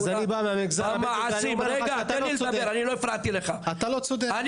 אז אני בא מהמגזר הבדואי ואני אומר לך שאתה לא צודק.